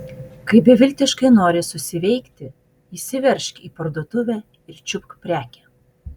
kai beviltiškai nori susiveikti įsiveržk į parduotuvę ir čiupk prekę